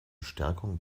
stärkung